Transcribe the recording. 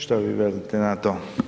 Šta vi velite na to?